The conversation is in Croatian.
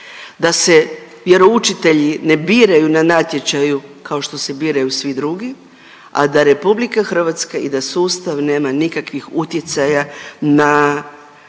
da se vjeroučitelji ne biraju na natječaju kao što se biraju svi drugi, a da RH i da sustav nema nikakvih utjecaja na